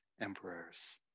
emperors